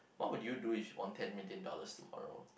what would you do if you won ten million dollars tomorrow